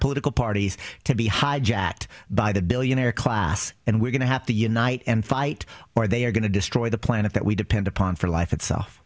political parties to be hijacked by the billionaire class and we're going to have to unite and fight or they are going to destroy the planet that we depend upon for life itself